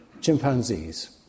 chimpanzees